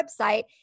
website